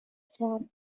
farm